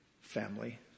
family